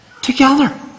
together